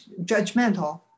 judgmental